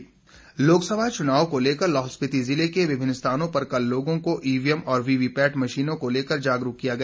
चुनाव जागरूकता लोकसभा चुनाव को लेकर लाहौल स्पीति जिले के विभिन्न स्थानों पर कल लोगों को ईवीएम और वीवीपैट मशीनों को लेकर जागरूक किया गया